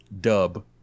dub